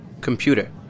Computer